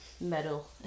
Metal